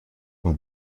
und